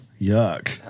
yuck